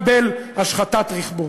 וכמובן קיבל השחתת רכבו.